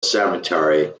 cemetery